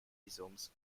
visums